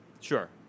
Sure